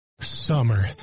Summer